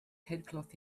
headcloth